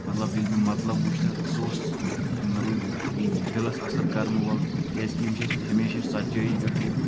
مطلب ییٚلہِ مےٚ مطلب وُچھ تتھ سُہ اوس مطلب دِلس اثر کرن وول کیٛازِ کہِ یِم چھِ ٲسۍ مٕتۍ ہمیشہِ سچٲیی پٮ۪ٹھٕے